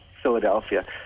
philadelphia